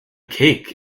cake